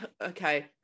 Okay